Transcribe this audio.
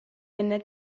enne